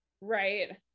Right